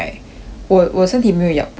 我我身体没有痒不痒 liao eh